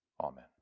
Amen